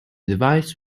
device